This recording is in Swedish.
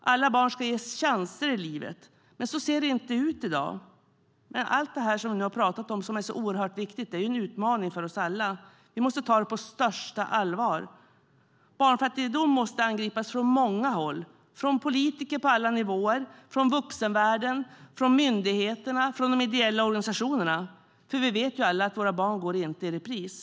Alla barn ska ges chanser i livet. Men så ser det inte ut i dag. Men allt det som vi har talat om som är så oerhört viktigt är en utmaning för oss alla. Vi måste ta det på största allvar. Barnfattigdom måste angripas från många håll, från politiker på alla nivåer, från vuxenvärlden, från myndigheterna, från de ideella organisationerna. Vi vet alla att våra barn inte går i repris.